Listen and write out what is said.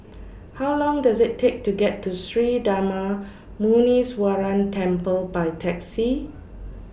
How Long Does IT Take to get to Sri Darma Muneeswaran Temple By Taxi